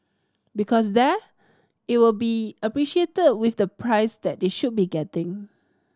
because there it will be appreciated with the price that they should be getting